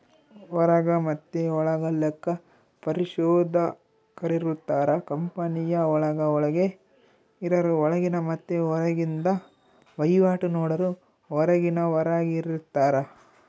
ಹೊರಗ ಮತೆ ಒಳಗ ಲೆಕ್ಕ ಪರಿಶೋಧಕರಿರುತ್ತಾರ, ಕಂಪನಿಯ ಒಳಗೆ ಇರರು ಒಳಗಿನ ಮತ್ತೆ ಹೊರಗಿಂದ ವಹಿವಾಟು ನೋಡರು ಹೊರಗಿನವರಾರ್ಗಿತಾರ